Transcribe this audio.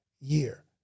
year